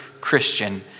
Christian